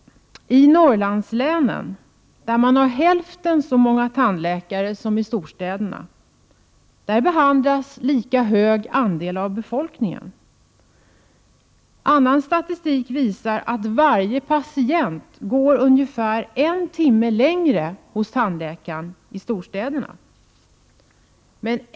I Norrlandslänen, där man har hälften så många tandläkare som i storstäderna, behandlas en lika stor andel av befolkningen. Annan statistik visar att varje patient tillbringar ungefär en timme mer hos tandläkaren i storstäderna.